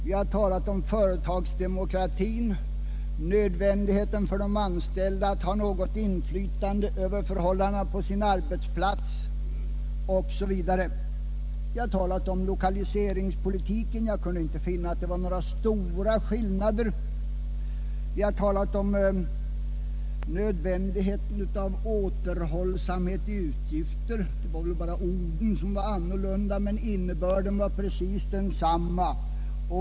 Vi har talat om företagsdemokratin, om nödvändigheten för de anställda att ha något inflytande över förhållandena på sin arbetsplats, osv. Vi har talat om lokaliseringspolitiken. Jag kunde inte finna några stora skillnader mellan oss. Vad beträffar nödvändigheten av återhållsamhet i fråga om utgifter var väl orden annorlunda, men innebörden var precis densamma.